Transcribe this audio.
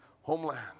homeland